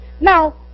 Now